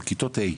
על כיתות ה',